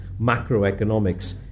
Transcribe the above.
macroeconomics